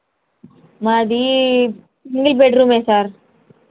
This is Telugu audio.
మాది సింగిల్ బెడ్రూమ్ సార్